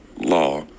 law